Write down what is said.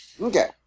Okay